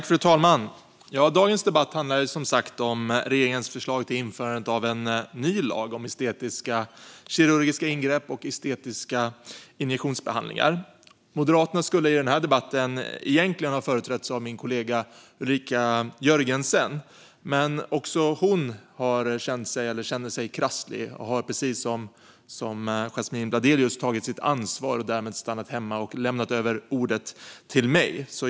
Fru talman! Denna debatt handlar som sagt om regeringens förslag till införandet av en ny lag om estetiska kirurgiska ingrepp och estetiska injektionsbehandlingar. Moderaterna skulle i debatten egentligen ha företrätts av min kollega Ulrika Jörgensen, men också hon känner sig krasslig och tar precis som Yasmine Bladelius sitt ansvar och stannar hemma och har därmed lämnat över ordet till mig.